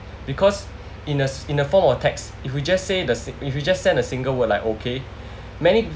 because in a s~ in a form of text if we just say the sing~ if you just send a single word like okay many